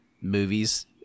movies